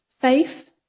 faith